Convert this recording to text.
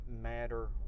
matter